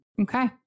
Okay